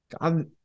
God